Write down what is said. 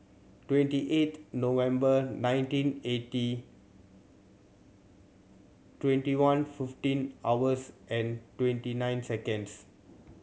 twenty eight November nineteen eighty twenty one fifteen hours and twenty nine seconds